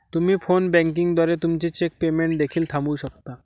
तुम्ही phone banking द्वारे तुमचे चेक पेमेंट देखील थांबवू शकता